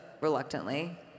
reluctantly